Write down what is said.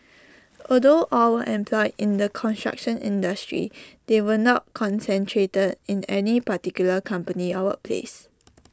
although all were employed in the construction industry they were not concentrated in any particular company or workplace